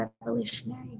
revolutionary